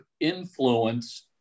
influence